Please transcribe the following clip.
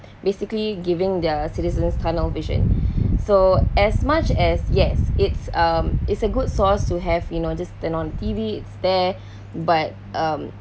basically giving their citizens tunnel vision so as much as yes it's um it's a good source to have you know just turn on T_V it's there but um